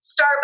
Starbucks